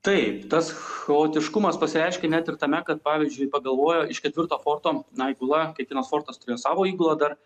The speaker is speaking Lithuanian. taip tas chaotiškumas pasireiškia net ir tame kad pavyzdžiui pagalvojo iš ketvirto forto na įgula kiekvienas fortas turėjo savo įgulą dar